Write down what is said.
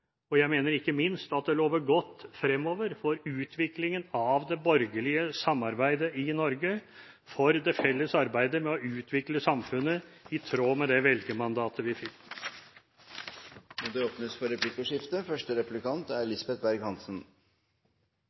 Stortinget. Jeg mener resultatet ble godt, og jeg mener ikke minst at det lover godt fremover for utviklingen av det borgerlige samarbeidet i Norge og for det felles arbeidet med å utvikle samfunnet i tråd med det velgermandatet vi fikk. Det blir replikkordskifte.